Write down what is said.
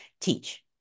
teach